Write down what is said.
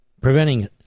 preventing